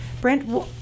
Brent